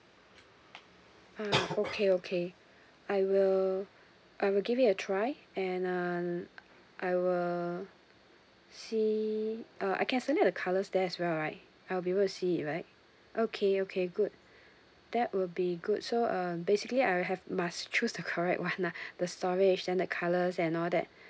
uh okay okay I will I will give it a try and um I will see uh I can select the colours there as well right uh I'll be able to see it right okay okay good that will be good so um basically I have must choose the correct [one] lah the storage then the colors and all that